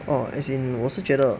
orh as in 我是觉得